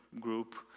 group